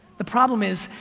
the problem is,